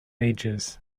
ages